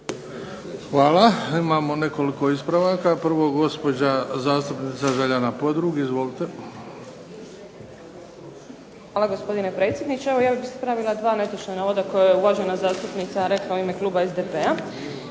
Hvala. Imamo nekoliko ispravaka. Prvo je gospođa zastupnica Željana Podrug. Izvolite. **Podrug, Željana (HDZ)** Hvala gospodine predsjedniče. Ja bih ispravila dva netočna navoda koje je uvažena zastupnica rekla u ime kluba SDP-a.